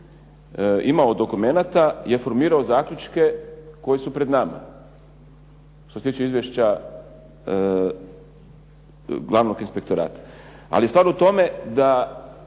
imao dokumenata je formirao zaključke koji su pred nama što se tiče izvješća glavnog inspektora. Ali sad o tome da